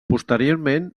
posteriorment